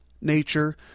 nature